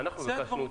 זה יעזור להם.